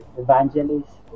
evangelists